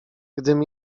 gdym